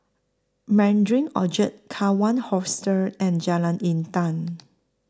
Mandarin Orchard Kawan Hostel and Jalan Intan